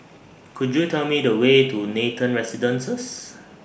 Could YOU Tell Me The Way to Nathan Residences